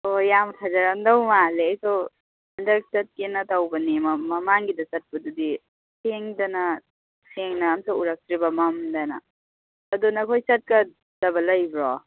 ꯑꯣ ꯌꯥꯝ ꯐꯖꯔꯝꯗꯧ ꯃꯥꯜꯂꯦ ꯑꯩꯁꯨ ꯍꯟꯗꯛ ꯆꯠꯀꯦꯅ ꯇꯧꯕꯅꯤ ꯃꯃꯥꯡꯒꯤꯗ ꯆꯠꯄꯗꯨꯗꯤ ꯊꯦꯡꯗꯅ ꯁꯦꯡꯅ ꯑꯝꯇ ꯎꯔꯛꯇ꯭ꯔꯦꯕ ꯃꯝꯗꯅ ꯑꯗꯨ ꯅꯈꯣꯏ ꯆꯠꯀꯗꯕ ꯂꯩꯕ꯭ꯔꯣ